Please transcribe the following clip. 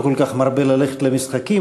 לא כל כך מרבה ללכת למשחקים,